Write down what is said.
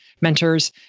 mentors